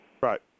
Right